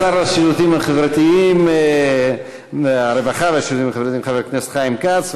תודה לשר הרווחה והשירותים החברתיים חבר הכנסת חיים כץ,